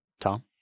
Tom